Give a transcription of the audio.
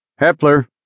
Hepler